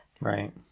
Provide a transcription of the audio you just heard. right